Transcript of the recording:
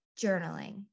journaling